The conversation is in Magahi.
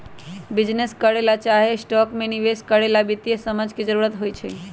बिजीनेस करे ला चाहे स्टॉक में निवेश करे ला वित्तीय समझ के जरूरत होई छई